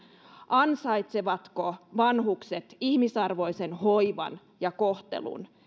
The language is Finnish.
ansaitsevatko vanhukset ihmisarvoisen hoivan ja kohtelun